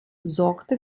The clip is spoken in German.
sorgte